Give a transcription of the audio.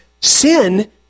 sin